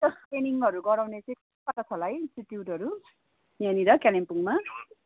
teachers ट्रेनिङहरू गराउने चाहिँ कता छ होला है इन्सटिट्युटहरू यहाँनिर कालिम्पोङमा